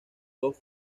dos